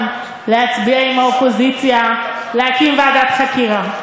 להצביע עם האופוזיציה להקים ועדת חקירה?